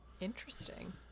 interesting